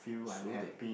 soothing